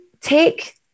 take